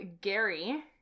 Gary